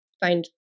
find